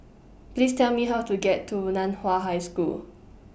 Please Tell Me How to get to NAN Hua High School